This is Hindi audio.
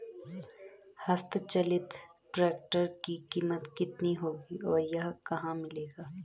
हस्त चलित ट्रैक्टर की कीमत कितनी होगी और यह कहाँ मिलेगा?